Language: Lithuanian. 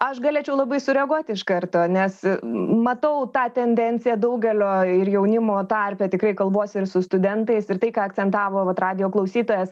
aš galėčiau labai sureaguoti iš karto nes matau tą tendenciją daugelio ir jaunimo tarpe tikrai kalbuosi ir su studentais ir tai ką akcentavo vat radijo klausytojas